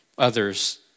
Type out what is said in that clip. others